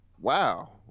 wow